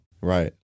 Right